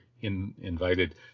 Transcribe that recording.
invited